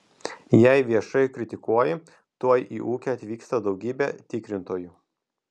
jei viešai kritikuoji tuoj į ūkį atvyksta daugybė tikrintojų